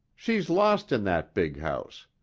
she's lost in that big house.